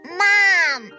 mom